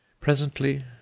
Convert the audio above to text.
Presently